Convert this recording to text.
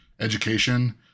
education